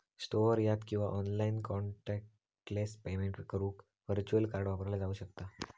store यात किंवा online contactless payment करुक व्हर्च्युअल कार्ड वापरला जाऊ शकता